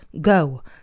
go